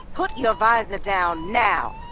put your visor down, now!